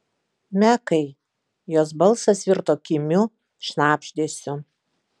mekai jos balsas virto kimiu šnabždesiu